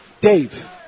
Dave